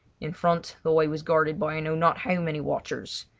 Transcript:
in front the way was guarded by i know not how many watchers.